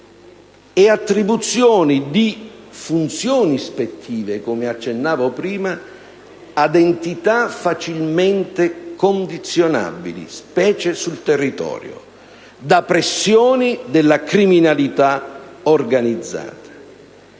e l'attribuzione di funzioni ispettive, come ho accennato prima, ad entità facilmente condizionabili, specie sul territorio, da pressioni della criminalità organizzata.